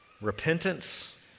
repentance